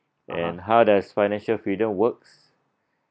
and how does financial freedom works